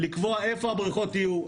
לקבוע איפה הבריכות יהיו,